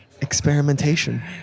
experimentation